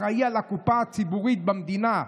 אחראי לקופה הציבורית במדינה,